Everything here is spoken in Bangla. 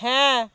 হ্যাঁ